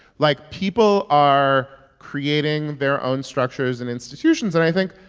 like, people are creating their own structures and institutions. and i think,